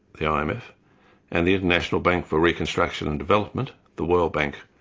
the um imf, and the international bank for reconstruction and development, the world bank,